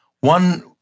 one